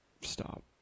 Stop